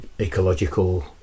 ecological